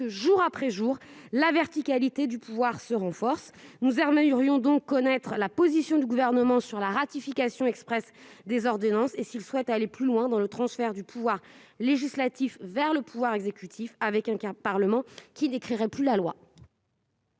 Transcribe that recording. jour après jour la verticalité du pouvoir se renforce nous Hurion donc connaître la position du gouvernement sur la ratification Express des ordonnances et s'il souhaite aller plus loin dans le transfert du pouvoir législatif vers le pouvoir exécutif, avec un parlement qui décrirait plus la loi.